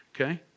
Okay